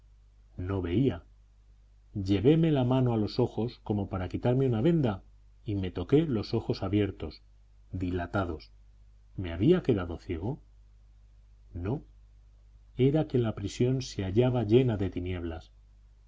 no veía llevéme la mano a los ojos como para quitarme una venda y me toqué los ojos abiertos dilatados me había quedado ciego no era que la prisión se hallaba llena de tinieblas